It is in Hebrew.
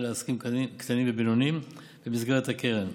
לעסקים קטנים ובינוניים במסגרת הקרן.